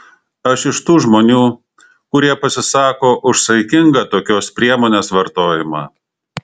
aš iš tų žmonių kurie pasisako už saikingą tokios priemonės vartojimą